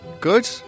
Good